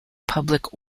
public